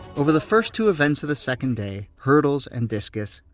over the first two events of the second day, hurdles and discus,